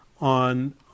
on